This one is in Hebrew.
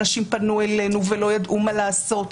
אנשים פנו אלינו ולא ידעו מה לעשות.